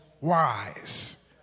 wise